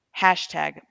Hashtag